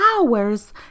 hours